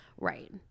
right